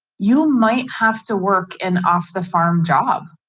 you might have to work an off the farm job.